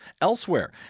elsewhere